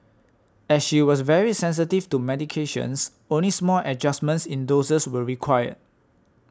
as she was very sensitive to medications only small adjustments in doses were required